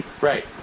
Right